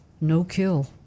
no-kill